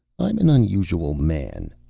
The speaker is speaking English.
i'm an unusual man,